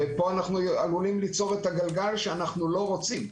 ופה אנחנו עלולים להפעיל גלגל שאנחנו לא רוצים להפעיל.